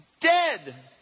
Dead